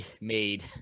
made